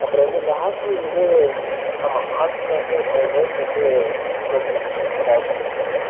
அப்புறம் வந்து இந்த ஹாஸ்டல் வந்து ஆமாம் ஹாஸ்டல் வந்து பெர் டேவுக்கு வந்து டூ தௌசண்ட் மேடம் ரெண்டு டாகுக்குமே சேர்த்து